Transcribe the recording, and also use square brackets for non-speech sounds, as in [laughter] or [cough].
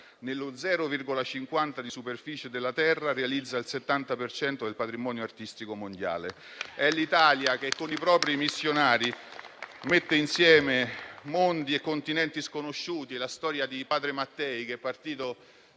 per cento di superficie della terra realizza il 70 per cento del patrimonio artistico mondiale. [applause] È l'Italia che con i propri missionari mette insieme mondi e Continenti sconosciuti. È la storia di padre Mattei che, partito